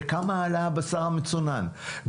בכמה עלה הבשר המצונן,